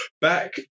back